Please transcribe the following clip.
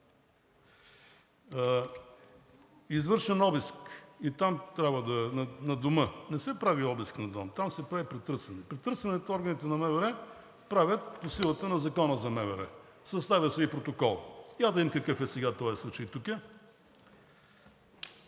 Извършен обиск на дома. Не се прави обиск на дом. Там се прави претърсване. Претърсване от органите на МВР се прави по силата на Закона за МВР. Съставя се и протокол. Я да видим какъв е сега този случай тук.